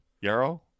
Yarrow